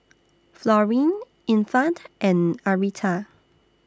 Florene Infant and Arietta